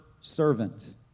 servant